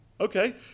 Okay